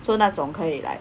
so 那种可以 like